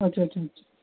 اچھا اچھا اچھا